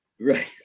Right